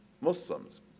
Muslims